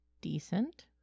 Decent